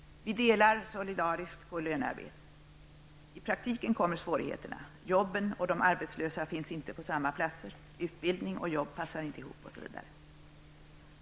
Vi delar solidariskt på lönearbetet. I praktiken kommer svårigheterna. Jobben och de arbetslösa finns inte på samma platser. Utbildning och jobb passar inte ihop osv.